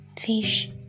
Fish